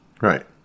Right